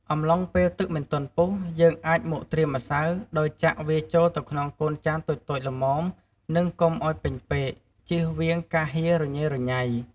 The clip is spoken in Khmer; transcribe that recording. អំឡុងពេលទឹកមិនទាន់ពុះ យើងអាចមកត្រៀមម្សៅ ដោយចាក់វាចូលទៅក្នុងកូនចានតូចៗល្មម និងកុំឱ្យពេញពេក ជៀសវាងការហៀររញ៉េរញ៉ៃ។